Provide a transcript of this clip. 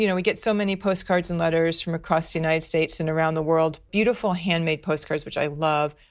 you know we get so many postcards and letters from across the united states and around the world. beautiful handmade postcards which i love.